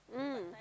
mm